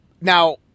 Now